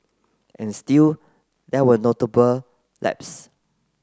and still there were notable lapse